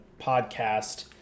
podcast